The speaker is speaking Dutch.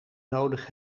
nodig